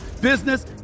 business